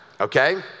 okay